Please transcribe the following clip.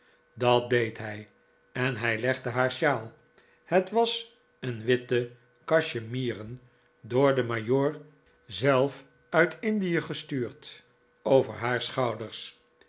dat deed hij en hij legde haar sjaal het was een witte cachemieren door den majoor zelf uit indie gestuurd over haar schouders